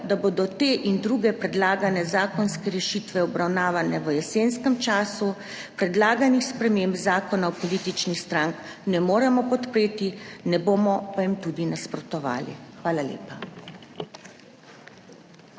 da bodo te in druge predlagane zakonske rešitve obravnavane v jesenskem času, predlaganih sprememb Zakona o političnih strank ne moremo podpreti, ne bomo pa jim tudi nasprotovali. Hvala lepa.